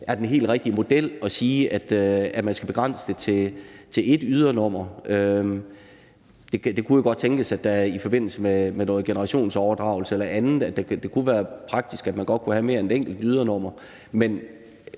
er den helt rigtige model at sige, at man skal begrænse det til ét ydernummer. Det kunne jo godt tænkes, at det i forbindelse med noget generationsoverdragelse eller andet kunne være praktisk, at man havde mere end et enkelt ydernummer,